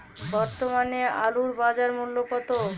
বর্তমানে আলুর বাজার মূল্য কত?